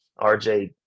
RJ